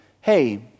Hey